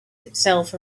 itself